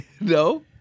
No